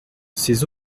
ces